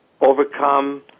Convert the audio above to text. overcome